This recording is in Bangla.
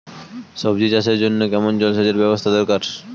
সবজি চাষের জন্য কেমন জলসেচের ব্যাবস্থা দরকার?